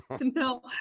No